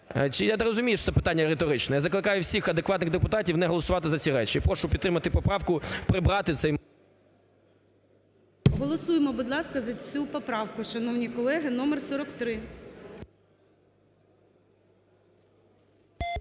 я не розумію, що це питання риторичне? Я закликаю всіх адекватних депутатів не голосувати за ці речі. І прошу підтримати поправку, прибрати цей … ГОЛОВУЮЧИЙ. Голосуємо за цю поправку, шановні колеги, номер 43.